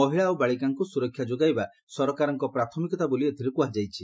ମହିଳା ଓ ବାଳିକାଙ୍କୁ ସୁରକ୍ଷା ଯୋଗାଇବା ସରକାରଙ୍କ ପ୍ରାଥମିକତା ବୋଲି ଏଥିରେ କୁହାଯାଇଛି